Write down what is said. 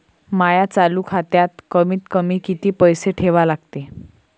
माया चालू खात्यात कमीत कमी किती पैसे ठेवा लागते?